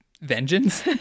vengeance